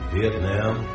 Vietnam